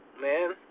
man